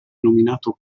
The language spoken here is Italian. nominato